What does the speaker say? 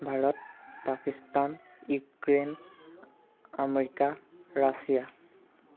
Bharat Pakistan Ukraine America Russia